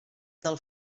del